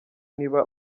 niba